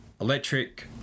electric